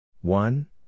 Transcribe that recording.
one